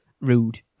rude